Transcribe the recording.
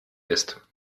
ist